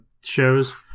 shows